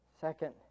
Second